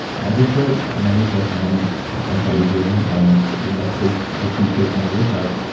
i just wrote my new book on anti-aging and what i think the future's going to look like.